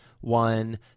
one